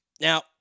Now